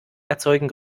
erzeugen